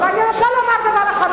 אני יודע, אני שמתי לב.